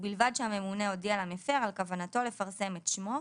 ובלבד שהממונה הודיע למפר על כוונתו לפרסם את שמו,